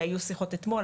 היו ביניהם שיחות אתמול,